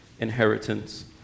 inheritance